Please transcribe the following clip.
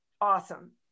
Awesome